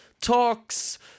talks